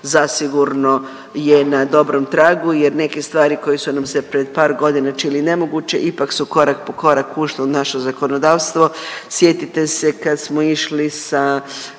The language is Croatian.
zasigurno je na dobrom tragu jer neke stvari koje su nam se pred par godina činile nemoguće ipak su korak po korak ušle u naše zakonodavstvo. Sjetite se kad smo išli sa,